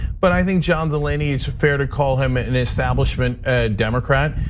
but i think john delaney, it's fair to call him an establishment democrat.